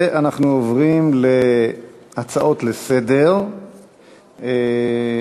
אנחנו עוברים להצעות לסדר-היום.